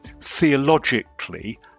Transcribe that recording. theologically